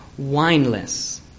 wineless